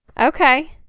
Okay